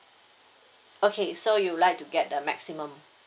okay so you would like to get the maximum